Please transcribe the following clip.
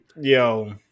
Yo